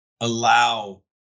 allow